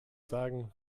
sagen